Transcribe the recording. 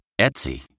Etsy